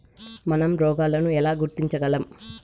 మనం రోగాలను ఎలా గుర్తించగలం?